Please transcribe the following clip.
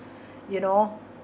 you know